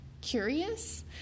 curious